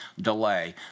delay